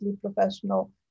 professional